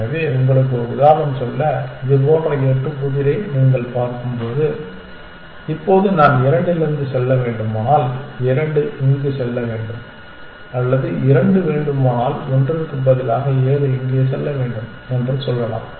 எனவே உங்களுக்கு ஒரு உதாரணம் சொல்ல இது போன்ற எட்டு புதிரை நீங்கள் பார்க்கும்போது இப்போது நான் இரண்டிலிருந்து செல்ல வேண்டுமானால் இரண்டு இங்கு செல்ல வேண்டும் அல்லது இரண்டு வேண்டுமானால் ஒன்றிற்கு பதிலாக ஏழு இங்கே செல்ல வேண்டும் என்று சொல்லலாம்